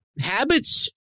habits